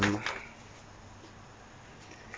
um